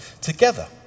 Together